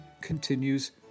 continues